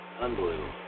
unbelievable